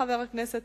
חבר הכנסת